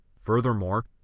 Furthermore